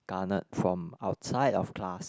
garnered from outside of class